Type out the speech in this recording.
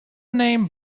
name